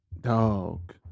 Dog